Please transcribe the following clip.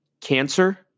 cancer